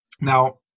now